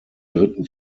dritten